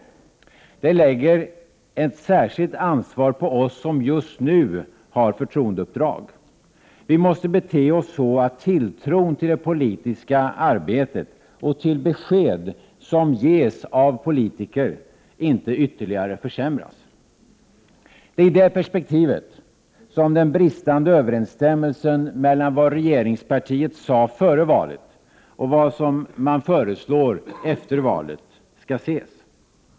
Det lägger ett särskilt ansvar på oss som just nu har förtroendeuppdrag. Vi måste bete oss så, att tilltron till det politiska arbetet, och till besked som ges av politiker, inte ytterligare försämras. Det är i det perspektivet som bristen på överensstämmelse mellan vad regeringspartiet sade före valet och vad som föreslås efter valet skall ses.